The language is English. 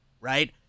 right